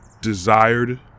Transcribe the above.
desired